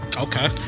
okay